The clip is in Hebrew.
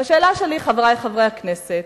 והשאלה שלי, חברי חברי הכנסת: